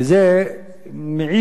זה מעיד,